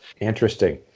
Interesting